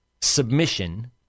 submission